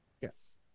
Yes